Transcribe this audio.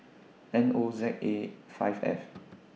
N O Z A five F